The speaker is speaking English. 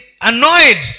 annoyed